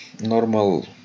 normal